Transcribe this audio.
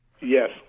Yes